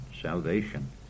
salvation